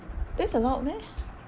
that's allowed meh